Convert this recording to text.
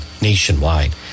nationwide